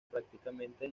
prácticamente